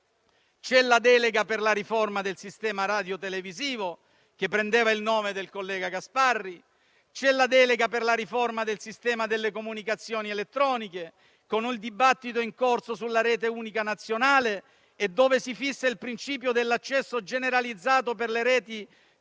C'è la delega per la riforma del sistema radiotelevisivo, che prendeva il nome del collega Gasparri; c'è quella per la riforma del sistema delle comunicazioni elettroniche, con il dibattito in corso sulla rete unica nazionale, dove si fissa il principio dell'accesso generalizzato alle reti